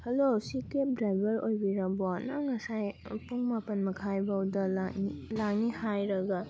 hello ꯁꯤ cab driver ꯑꯣꯏꯕꯤꯔꯕꯣ ꯅꯪ ꯉꯁꯥꯏ ꯄꯨꯡ ꯃꯄꯟ ꯃꯈꯥꯏ ꯐꯥꯎꯗ ꯂꯥꯛꯅꯤ ꯍꯥꯏꯔꯒ